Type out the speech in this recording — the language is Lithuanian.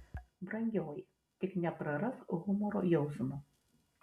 brangioji tik neprarask humoro jausmo